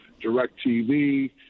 DirecTV